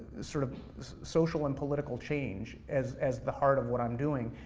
sort of social and political change as as the heart of what i'm doing.